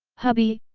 hubby,